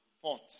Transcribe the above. fought